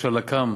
ראש הלק"מ,